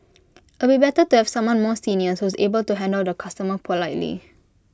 it'll be better to have someone more senior who's able to handle the customer politely